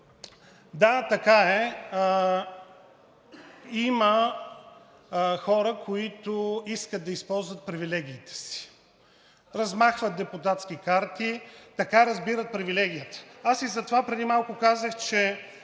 да, така е – има хора, които искат да използват привилегиите си. Размахват депутатски карти. Така разбират привилегията. Аз и затова преди малко казах, че